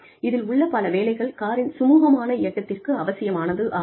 இதில் உள்ள பல வேலைகள் காரின் சுமுகமான இயக்கத்திற்கு அவசியமானதாகும்